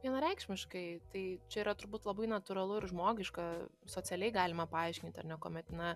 vienareikšmiškai tai čia yra turbūt labai natūralu ir žmogiška socialiai galima paaiškinti ar ne kuomet na